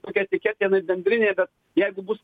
tokia etiketė jinai bendrinė bet jeigu bus